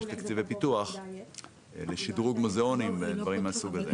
יש תקציבי פיתוח לשדרוג מוזיאונים ודברים מהסוג הזה.